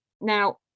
Now